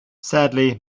sadly